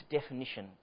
definition